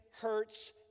hurts